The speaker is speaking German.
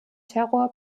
terror